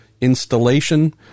installation